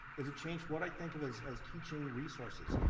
is it changed what i think of as as teaching resources.